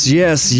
yes